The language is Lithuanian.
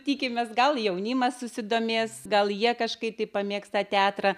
tikimės gal jaunimas susidomės gal jie kažkaip tai pamėgs tą teatrą